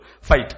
fight